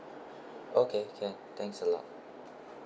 okay can thanks a lot